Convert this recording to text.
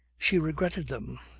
she regretted them.